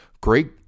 great